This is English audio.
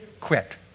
quit